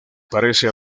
parece